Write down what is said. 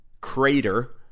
crater